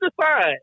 decide